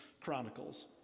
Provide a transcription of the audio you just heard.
Chronicles